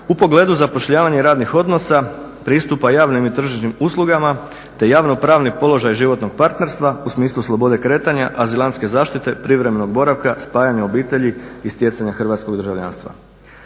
u pogledu zapošljavanja i radnih odnosa, pristupa javnim i tržišnim uslugama te javno pravni položaj životnog partnerstva u smislu slobodne kretanja, azilantske zaštite, privremenog boravka, spajanja obitelji i stjecanja hrvatskog državljanstva.